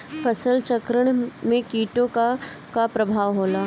फसल चक्रण में कीटो का का परभाव होला?